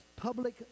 public